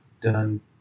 done